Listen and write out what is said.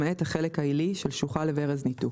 למעט החלק העילי של שוחה לברז ניתוק,